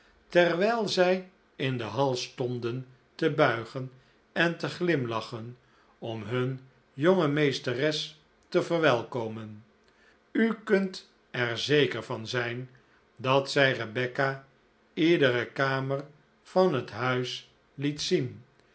terwijl zij in de hal stonden te buigen en te glimlachen om hun jonge meesteres te verwelkomen u kunt er zeker van zijn dat zij rebecca iedere kamer van het huis liet zien